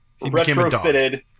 retrofitted